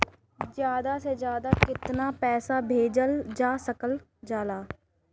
ज्यादा से ज्यादा केताना पैसा भेजल जा सकल जाला?